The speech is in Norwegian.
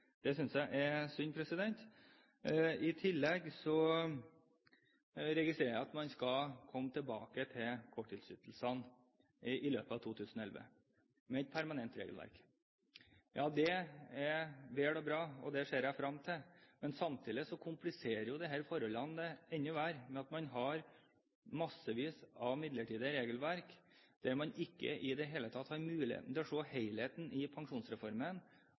Det synes jeg er synd. I tillegg registrerer jeg at man skal komme tilbake til korttidsytelsene i løpet av 2011 med et permanent regelverk. Det er vel og bra, og det ser jeg fram til, men samtidig kompliserer jo dette forholdene enda mer, ved at man har massevis av midlertidig regelverk der man ikke i det hele tatt har muligheten til å se helheten i pensjonsreformen,